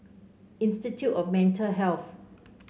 Institute of Mental Health